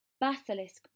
Basilisk